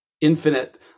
infinite